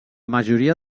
majoria